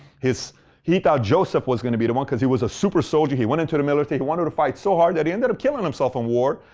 he thought joseph was going to be the one because he was a super soldier. he went into the military. he wanted to fight so hard that he ended up killing himself in war.